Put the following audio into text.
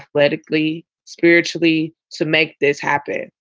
athletically, spiritually to make this happen,